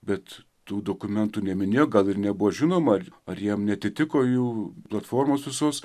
bet tų dokumentų neminėjo gal ir nebuvo žinoma ar jiem neatitiko jų platformos visos